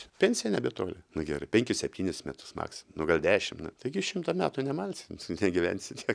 pensija nebetoli nu gerai penkis septynis metus maks nu gal dešimt taigi šimtą metų nemalsi negyvensi tiek